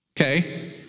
Okay